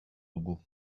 dugu